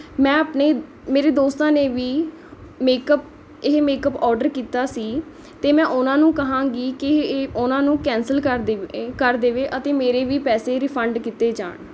ਮੈਂ ਆਪਣੀ ਮੇਰੇ ਦੋਸਤਾਂ ਨੇ ਵੀ ਮੇਕਅੱਪ ਇਹ ਮੇਕਅੱਪ ਔਡਰ ਕੀਤਾ ਸੀ ਅਤੇ ਮੈਂ ਉਹਨਾਂ ਨੂੰ ਕਹਾਂਗੀ ਕਿ ਇਹ ਉਹਨਾਂ ਨੂੰ ਕੈਂਸਲ ਕਰ ਦੇਵੇ ਕਰ ਦੇਵੇ ਅਤੇ ਮੇਰੇ ਵੀ ਪੈਸੇ ਰਿਫੰਡ ਕੀਤੇ ਜਾਣ